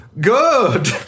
good